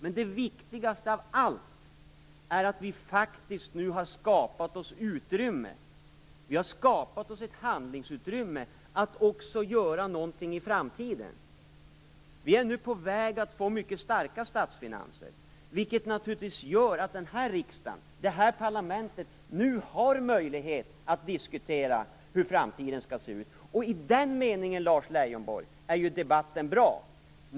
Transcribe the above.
Men det viktigaste av allt är att vi faktiskt nu har skapat oss ett handlingsutrymme, så att vi också kan göra någonting i framtiden. Vi är nu på väg att få mycket starka statsfinanser, vilket naturligtvis gör att den här riksdagen, det här parlamentet, nu har möjlighet att diskutera hur framtiden skall se ut. I den meningen, Lars Leijonborg, är ju debatten bra.